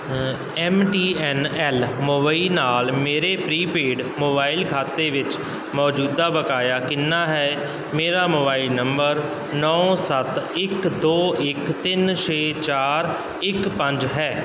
M T N L Mumbai ਨਾਲ ਮੇਰੇ prepaid mobile ਖਾਤੇ ਵਿੱਚ ਮੌਜੂਦਾ ਬਕਾਇਆ ਕਿੰਨਾ ਹੈ ਮੇਰਾ ਮੋਬਾਈਲ ਨੰਬਰ ਨੌਂ ਸੱਤ ਇੱਕ ਦੋ ਇੱਕ ਤਿੰਨ ਛੇ ਚਾਰ ਇੱਕ ਪੰਜ ਹੈ